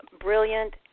brilliant